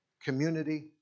community